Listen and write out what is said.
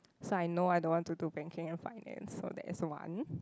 so I know I don't want to do banking and finance so that's one